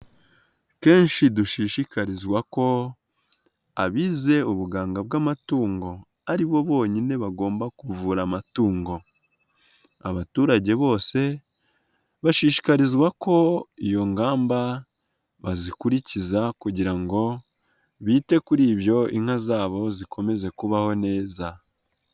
Kenshi dushishikarizwa ko abize ubuganga bw'amatungo, ari bo bonyine bagomba kuvura amatungo. Abaturage bose bashishikarizwa ko iyo ngamba bazikurikiza kugira ngo bite kuri ibyo inka zabo zikomeze kubaho neza.